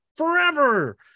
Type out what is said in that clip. Forever